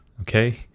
okay